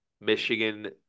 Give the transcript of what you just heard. Michigan